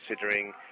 considering